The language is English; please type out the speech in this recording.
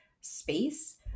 space